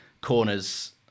corners